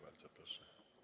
Bardzo proszę.